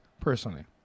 personally